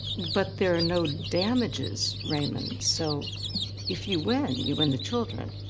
but there are no damages, raymond, so if you win, you win the children.